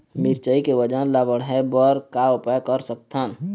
मिरचई के वजन ला बढ़ाएं बर का उपाय कर सकथन?